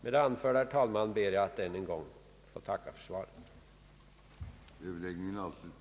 Med det anförda, herr talman, ber jag att än en gång få tacka för svaret.